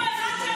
זה לא במקום.